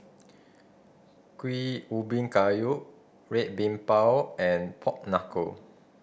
Kuih Ubi Kayu Red Bean Bao and pork knuckle